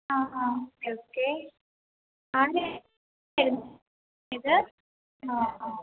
ആ ആ okay okay ആന്നെ ഇത് ആ